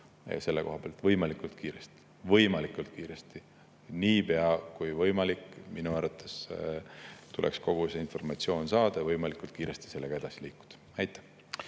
[tuleks teha] võimalikult kiiresti. Võimalikult kiiresti, niipea kui võimalik! Minu arvates tuleks kogu see informatsioon saada võimalikult kiiresti ja [menetlusega] edasi liikuda. Aitäh!